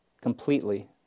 completely